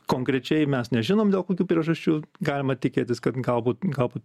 konkrečiai mes nežinom dėl kokių priežasčių galima tikėtis kad galbūt galbūt